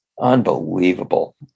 unbelievable